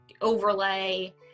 overlay